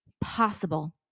possible